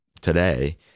today